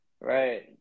right